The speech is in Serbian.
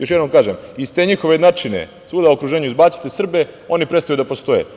Još jednom kažem, iz te njihove jednačine, svuda u okruženju - izbacite Srbe, oni prestaju da postoje.